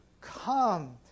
come